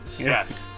Yes